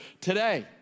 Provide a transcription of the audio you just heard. today